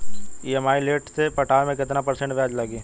EMI late से पटावे पर कितना परसेंट ब्याज लगी?